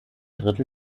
drittel